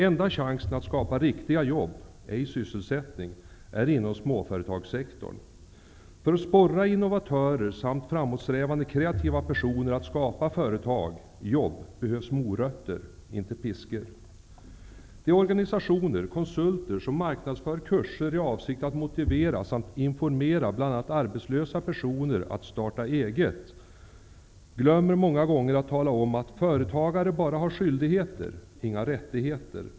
Enda chansen att skapa riktiga jobb, ej sysselsättning, är inom småföretagssektorn. För att sporra innovatörer samt framåtsträvande kreativa personer att skapa företag -- jobb -- krävs morötter, inte piskor. De organisationer och konsulter som marknadsför kurser i avsikt att motivera samt informera bl.a. arbetslösa personer om att starta eget glömmer många gånger att tala om att företagare bara har skyldigheter, inga rättigheter.